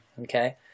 okay